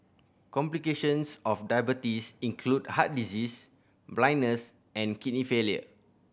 complications of diabetes include heart disease blindness and kidney failure